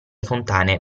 fontane